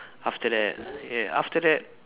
after that yeah after that